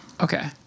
Okay